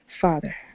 Father